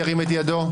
ירים את ידו.